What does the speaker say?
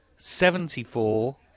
Seventy-four